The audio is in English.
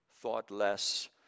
thoughtless